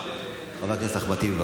חבר הכנסת אחמד טיבי.